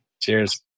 Cheers